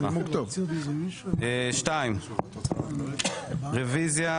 2. רוויזיה